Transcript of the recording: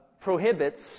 prohibits